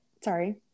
sorry